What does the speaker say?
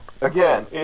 again